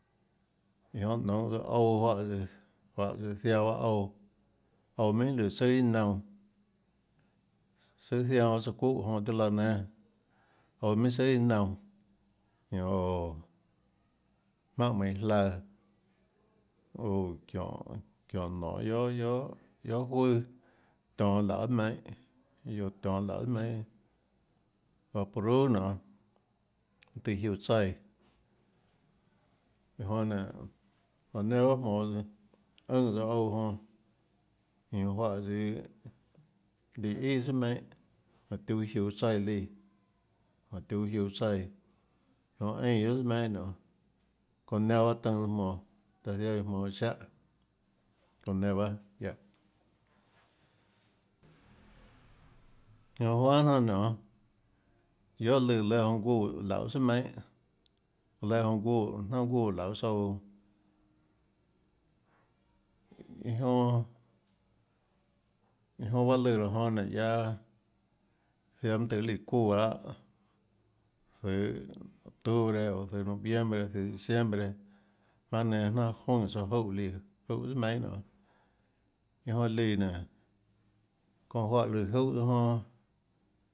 Iã jonã nounhå ouã juáhã tsøã juáhã tsøã ziaã bahâ uoã ouã minhà lùã tsùà iâ naunã sùà zianã pahâ tsøã çúhã jonã tiuâ laã nénâ ouã minhà tsùà iâ nuanã ñanã ooå jmaùnhà manã iãjlaøã uå çióhå çióhå nonê guiohà guiohà guiohà juøà tionå lauê tsùà meinhâ guioå tionå lauê tsùà meinhâ vaporu nionê mønâ tùhå jiuå tsaíã iã jonã nénå laã nenã bahâ jmonå tsøã ùnhã tsøã ouã jonã iã jonã juáhã tsøã líã ià tsùà meinhâ jánhå tiuã jiuå tsáiã liã ánhå tiuã jiuå tsáiã jonã eínã guiohà tsùà mienhâ nionê çónhã nenå bahâ tønã tsøã jmonå taã ziaã iâ jmonå iã ziáhã çonã nenã bahâ ya iã jonã juanhà jnanà nionê guiohà lùã léâ jonã guè lauê tsùà meinhâ léâ jonã guè jnánhà guè lauê tsouã iå jonã iå jonã bahâ lùã raã jonã nénã ziaã mønâ tøhê líã çuúã lahâ zøhå octubre oå zøhå noviembre zøhå diciembre jmaønâ nenã jnánhà juønè tsouã júhã líã júhã tsùà meinhâ nionê ñanã jonã líã nénå çónhã juáhã lùã júhã tsøã jonã.